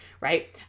right